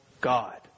God